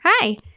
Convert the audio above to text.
Hi